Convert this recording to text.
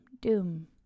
doom